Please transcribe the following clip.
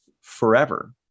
forever